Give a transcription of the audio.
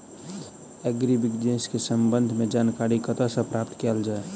Agri business केँ संबंध मे जानकारी कतह सऽ प्राप्त कैल जाए?